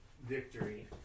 victory